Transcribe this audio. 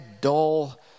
dull